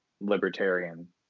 libertarian